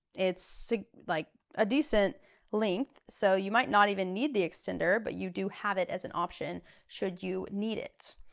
it's like a decent length so you might not even need the extender but you do have it as an option should you need it.